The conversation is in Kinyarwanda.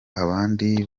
abandi